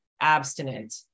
abstinent